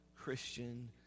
Christian